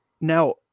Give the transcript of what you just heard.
now